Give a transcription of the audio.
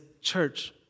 church